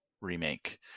remake